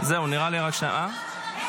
נראה לי רק שניהם.